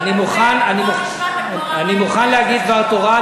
בוא תקרא את הגמרא, אני מוכן להגיד דבר תורה.